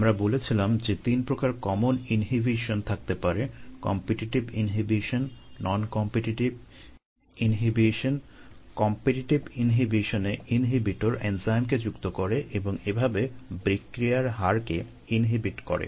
আমরা বলেছিলাম যে তিন প্রকার কমন ইনহিবিশন করে